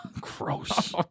gross